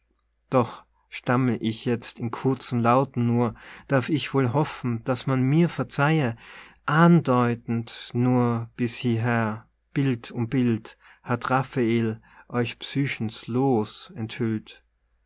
doch stamml ich jetzt in kurzen lauten nur darf ich wohl hoffen daß man mir verzeihe andeutend nur bis hierher bild um bild hat raphael euch psychens loos enthüllt